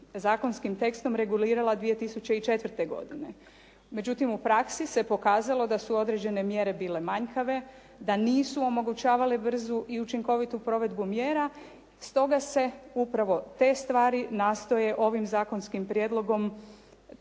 zakonskim tekstom regulirala 2004. godine međutim u praksi se pokazalo da su određene mjere bile manjkave, da nisu omogućavale brzu i učinkovitu provedbu mjera. Stoga se upravo te stvari nastoje ovim zakonskim prijedlogom